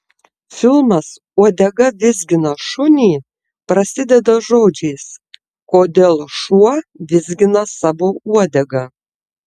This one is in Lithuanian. filmas uodega vizgina šunį prasideda žodžiais kodėl šuo vizgina savo uodegą